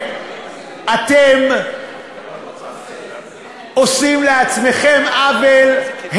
אתם עושים לעצמכם עוול,